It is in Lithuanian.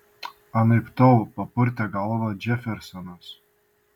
anaiptol papurtė galvą džefersonas